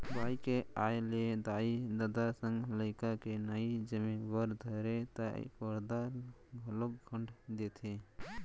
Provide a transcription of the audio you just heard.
बाई के आय ले दाई ददा संग लइका के नइ जमे बर धरय त परदा घलौक खंड़ देथे